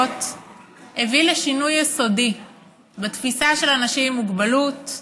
הביא לשינוי יסודי בתפיסה של אנשים עם מוגבלות: